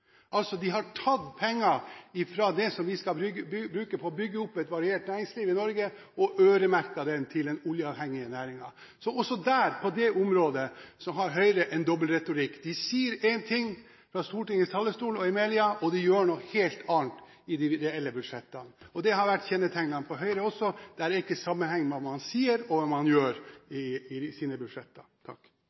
De har altså tatt penger fra det som vi skal bruke på å bygge opp et variert næringsliv i Norge, og øremerket det til den oljeavhengige næringen. Så også på det området har Høyre en dobbel retorikk – de sier én ting fra Stortingets talerstol og i media, og de gjør noe helt annet i de reelle budsjettene. Dette har også vært Høyres kjennetegn. Det er ikke sammenheng mellom det man sier, og det man gjør i sine budsjetter.